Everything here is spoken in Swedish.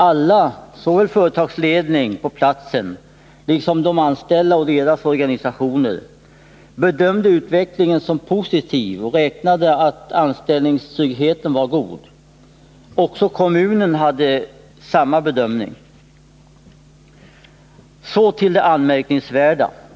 Alla, såväl företagsledning på platsen som de anställda och deras organisationer, bedömde utvecklingen som positiv och räknade med att anställningstryggheten var god. Också kommunen gjorde samma bedömning. Så till det anmärkningsvärda.